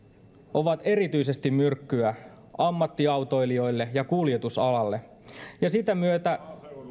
ovat erityisesti myrkkyä ammattiautoilijoille ja kuljetusalalle ja sitä myötä